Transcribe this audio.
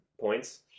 points